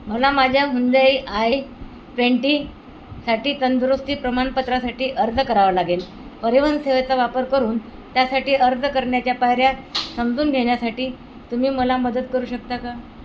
मला माझ्या Hyundai I twenty साठी तंदुरुस्ती प्रमाणपत्रासाठी अर्ज करावं लागेल परिवहन सेवेचा वापर करून त्यासाठी अर्ज करण्याच्या पायऱ्या समजून घेण्यासाठी तुम्ही मला मदत करू शकता का